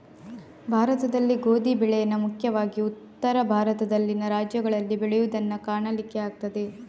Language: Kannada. ಭಾರತದಲ್ಲಿ ಗೋಧಿ ಬೆಳೇನ ಮುಖ್ಯವಾಗಿ ಉತ್ತರ ಭಾರತದಲ್ಲಿನ ರಾಜ್ಯಗಳಲ್ಲಿ ಬೆಳೆಯುದನ್ನ ಕಾಣಲಿಕ್ಕೆ ಆಗ್ತದೆ